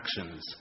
actions